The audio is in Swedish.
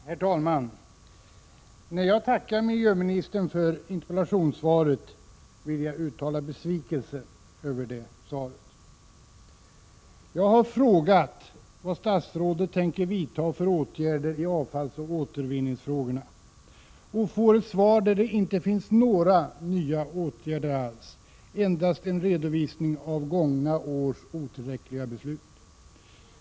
Herr talman! När jag tackar miljöministern för interpellationssvaret vill jag samtidigt uttala besvikelse över det. Jag har frågat vilka åtgärder statsrådet tänker vidta beträffande avfallsoch återvinningsfrågorna. Jag får ett svar i vilket det inte redovisas några nya åtgärder alls. Svaret innehåller endast en redovisning över gångna års otillräckliga beslut.